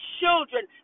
children